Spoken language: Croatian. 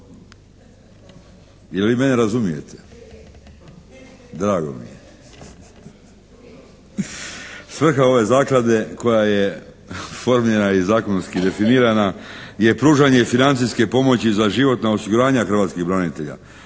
se ne čuje./… Drago mi je. Svrha ove Zaklade koja je formirana i zakonski definirana je pružanje i financijske pomoći za životna osiguranja hrvatskih branitelja,